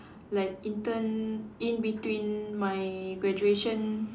like intern in between my graduation